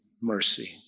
mercy